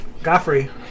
Goffrey